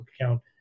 account